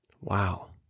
Wow